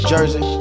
Jersey